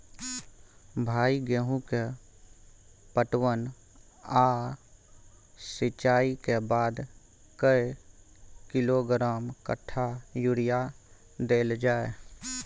भाई गेहूं के पटवन आ सिंचाई के बाद कैए किलोग्राम कट्ठा यूरिया देल जाय?